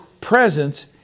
presence